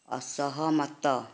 ଅସହମତ